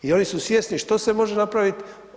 I oni su svjesni što se može napravit.